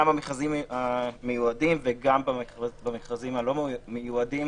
גם במכרזים הייעודיים וגם במכרזים הלא ייעודיים